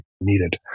needed